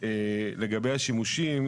לגבי השימושים,